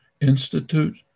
Institute